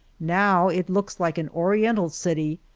now it looks like an oriental city,